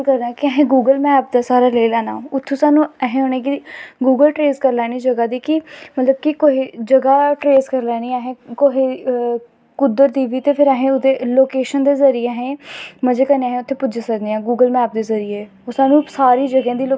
अग्गैं आनें आह्ली पीड़ियें गी आने आह्ली जनरेशन गी उनें पता लग्गै क् साढ़ा पिच्छै केह् हिसाव हा केह् सिस्टम हा जां अग्गैं आनें आह्लें जां लोकें केह् कीता जां असेंगी कोई दवानें दी कोशिश करा दा लेकिन उस गल्ले शा तुसें बिल्कुल नी डरनां